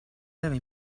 deve